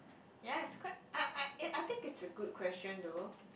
ya it's quite I I ya I think is a good question though